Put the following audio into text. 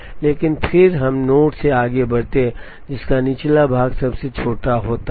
लेकिन फिर हम नोड से आगे बढ़ते हैं जिसका निचला भाग सबसे छोटा होता है